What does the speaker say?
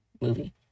movie